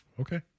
Okay